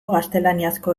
gaztelaniazko